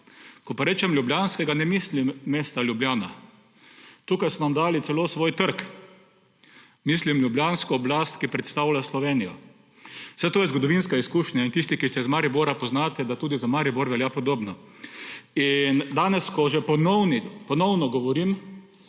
Ko pa rečem ljubljanskega, ne mislim mesta Ljubljana. Tukaj so nam dali celo svoj trg. Mislim ljubljansko oblast, ki predstavlja Slovenijo. Saj to je zgodovinska izkušnja in tisti, ki ste iz Maribora, poznate, da tudi za Maribor pa velja podobno. In danes, ko že ponovno govorim